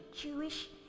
Jewish